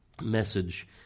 message